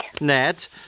Ned